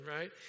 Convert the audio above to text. right